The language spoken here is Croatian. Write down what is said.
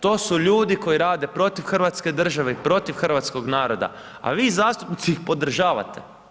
To su ljudi koji rade protiv hrvatske države i protiv hrvatskog naroda, a vi zastupnici ih podržavate.